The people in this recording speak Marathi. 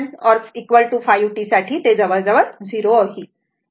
तर t 5 τ साठी ते जवळजवळ 0 होईल